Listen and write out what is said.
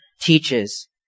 teaches